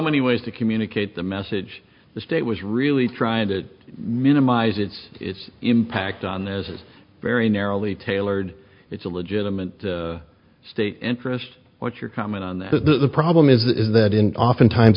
many ways to communicate the message the state was really trying to minimize its impact on is very narrowly tailored it's a legitimate state interest what's your comment on the problem is that in oftentimes